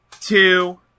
two